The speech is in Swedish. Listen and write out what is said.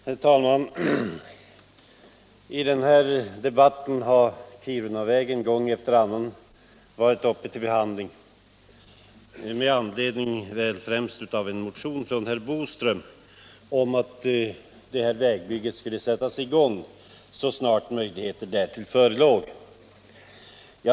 Herr talman! I den här debatten har Kirunavägen gång efter annan varit uppe till behandling, främst med anledning av en motion av herr Boström om att detta vägbygge skulle sättas i gång så snart möjligheter därtill förelåg.